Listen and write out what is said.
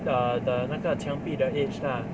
err the 那个墙壁的 edge lah